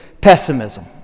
pessimism